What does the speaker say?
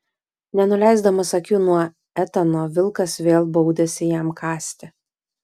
nenuleisdamas akių nuo etano vilkas vėl baudėsi jam kąsti